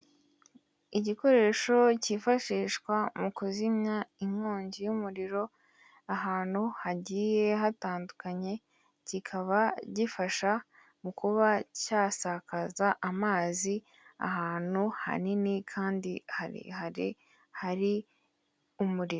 Igikoresho cyifashishwa mu kuzimya inkongi y'umuriro ahantu hagiye hatandukanye, kikaba gifasha mu kuba cyasakaza amazi ahantu hanini kandi harehare, hari umuriro.